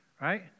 right